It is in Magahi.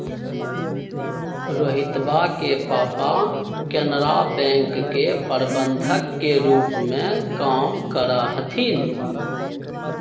रोहितवा के पापा केनरा बैंक के प्रबंधक के रूप में काम करा हथिन